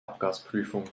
abgasprüfung